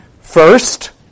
First